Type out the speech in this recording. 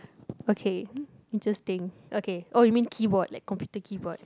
okay interesting okay oh you mean keyboard like computer keyboard